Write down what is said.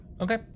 Okay